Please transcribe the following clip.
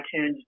iTunes